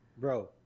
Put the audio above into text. Bro